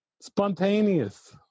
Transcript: Spontaneous